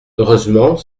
heureusement